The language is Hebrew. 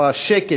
או השקט,